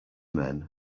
men